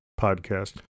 podcast